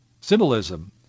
symbolism